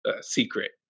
secret